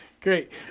Great